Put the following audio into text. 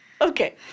Okay